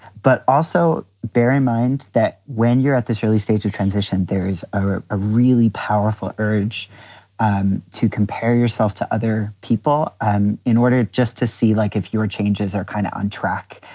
but also bear in mind that when you're at this early stage of transition, there's a ah really powerful urge um to compare yourself to other people um in order just to see, like if your changes are kind of on track,